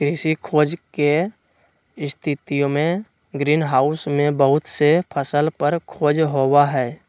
कृषि खोज के स्थितिमें ग्रीन हाउस में बहुत से फसल पर खोज होबा हई